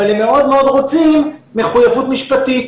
אבל הם מאוד רוצים מחויבות משפטית.